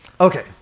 okay